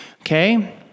Okay